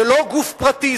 זה לא גוף פרטי,